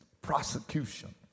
prosecution